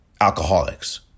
alcoholics